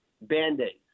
band-aids